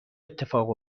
اتفاق